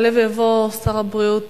יעלה ויבוא שר הבריאות